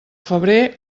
febrer